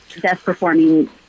best-performing